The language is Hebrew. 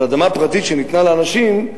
אבל אדמה פרטית שניתנה לאנשים,